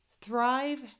Thrive